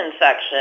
section